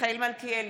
מיכאל מלכיאלי,